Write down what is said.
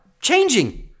changing